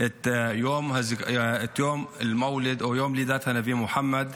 את יום אל-מוולד, יום לידת הנביא מוחמד,